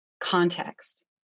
context